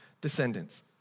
descendants